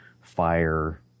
Fire